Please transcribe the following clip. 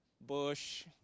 bush